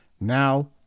Now